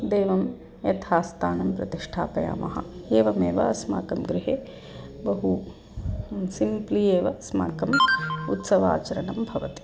देवं यथा स्थानं प्रतिष्ठापयामः एवमेव अस्माकं गृहे बहु सिम्प्लि एव अस्माकम् उत्सवाचरणं भवति